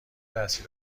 درسی